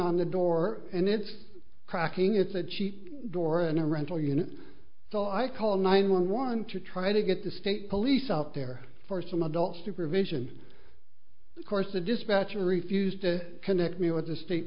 on the door and it's cracking it's a cheap door and a rental unit so i called nine one one to try to get the state police out there for some adult supervision of course the dispatcher refused to connect me with the state